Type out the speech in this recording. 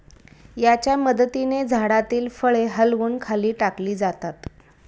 याच्या मदतीने झाडातील फळे हलवून खाली टाकली जातात